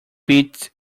beat